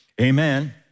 Amen